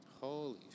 Holy